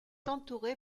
entourée